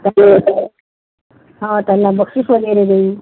हां त्यांना बक्षीस वगैरे देऊ